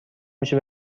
میشه